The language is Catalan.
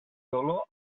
dolor